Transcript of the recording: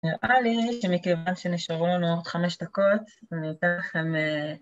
נראה לי שמכיוון שנשארו לנו עוד חמש דקות אני אתן לכם